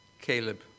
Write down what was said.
Caleb